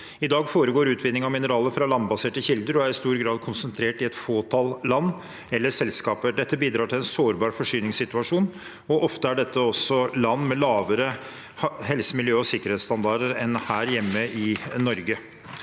I dag foregår utvinning av mineraler fra landbaserte kilder og er i stor grad konsentrert i et fåtall land eller selskaper. Dette bidrar til en sårbar forsyningssituasjon, og ofte er dette også land med lavere helse-, miljø- og sikkerhetsstandarder enn her hjemme i Norge.